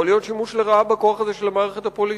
יכול להיות שימוש לרעה בכוח הזה של המערכת הפוליטית.